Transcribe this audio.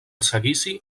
seguici